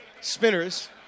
Spinners